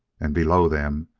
and, below them,